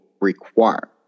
require